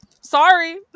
sorry